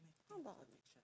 how about